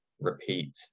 repeat